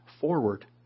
forward